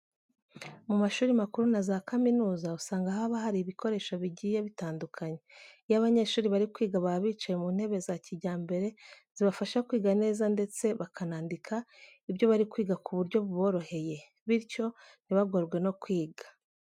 Mu mashuri makuru na za kaminuza, usanga haba hari ibikoresho bigiye bitandukanye. Iyo abanyeshuri bari kwiga baba bicaye mu ntebe za kijyambere zibafasha kwiga neza ndetse bakanandika ibyo bari kwiga ku buryo buboroheye bityo ntibagorwe no kwiga.